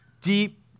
deep